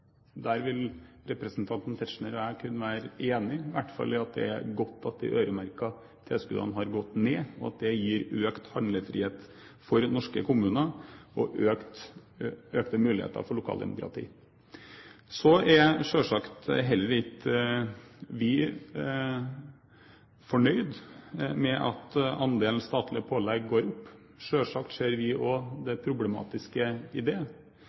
i hvert fall er godt at de øremerkede tilskuddene har gått ned, som gir økt handlefrihet for norske kommuner og økte muligheter for lokaldemokratiet. Så er selvsagt heller ikke vi fornøyd med at andelen statlige pålegg går opp. Selvsagt ser også vi det problematiske i det. Selvsagt er det noe vi kommer til å ha økt fokus på i tiden som kommer. Og